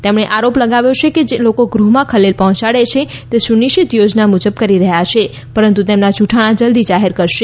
તેમણે આરોપ લગાવ્યો કે જે લોકો ગૃહમાં ખલેલ પહોંચાડે છે તે સુનિશ્ચિત યોજના મુજબ કરી રહ્યા છે પરંતુ તેમના જૂઠાણા જલ્દી જાહેર કરશે